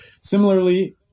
similarly